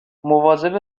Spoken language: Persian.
مواظب